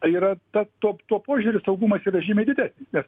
yra ta tuo tuo požiūriu saugumas yra žymiai didesnis nes